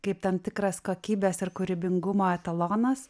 kaip tam tikras kokybės ir kūrybingumo etalonas